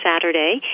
Saturday